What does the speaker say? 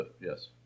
Yes